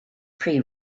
pre